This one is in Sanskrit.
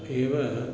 एव